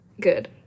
good